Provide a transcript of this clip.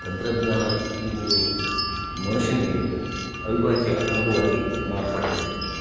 ತಂತ್ರಜ್ಞಾನ ಇಂದು ಮನುಷ್ಯನಿಗೆ ಅವಿಭಾಜ್ಯ ಅಂಗವಾಗಿ ಮಾರ್ಪಟ್ಟಿದೆ